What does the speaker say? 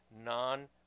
non